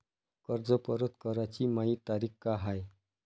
कर्ज परत कराची मायी तारीख का हाय?